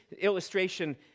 illustration